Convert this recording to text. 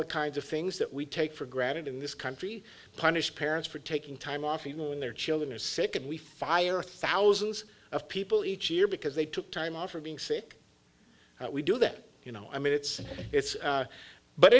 the kinds of things that we take for granted in this country punish parents for taking time off you know when their children are sick and we fire thousands of people each year because they took time off for being sick we do that you know i mean it's it's